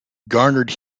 garnered